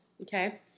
okay